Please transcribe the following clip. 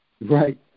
Right